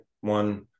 one